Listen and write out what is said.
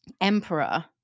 emperor